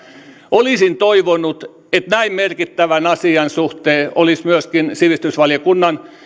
olisin toivonut että näin merkittävän asian suhteen olisivat myöskin sivistysvaliokunnan